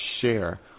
share